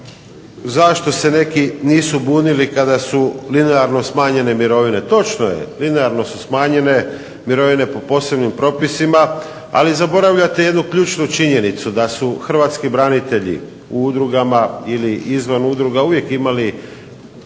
zašto se neki nisu bunili kada su linearno smanjene mirovine. Točno je, linearno su smanjene mirovine po posebnim propisima, ali zaboravljate jednu ključnu činjenicu, da su hrvatski branitelji u udrugama ili izvan udruga uvijek imali